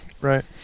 right